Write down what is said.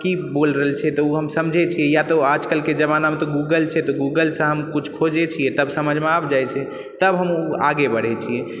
कि बोल रहल छै तऽ उऽ हम समझै छियै यऽ तऽ आजकलके जमानामे गूगल छै तऽ गूगलसँ हम कुछ खोजै छियै तब समझमे आबि जाइ छै तब हम उऽ आगे बढ़ै छियै